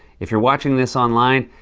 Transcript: if you're watching this online,